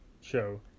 show